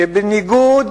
שבניגוד